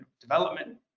development